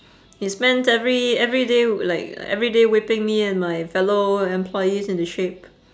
he's spent every everyday w~ like everyday whipping me and my fellow employees into shape